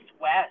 west